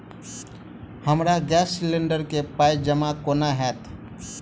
हमरा gas cylinder केँ पाई जमा केना हएत?